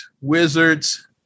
Wizards